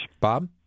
Bob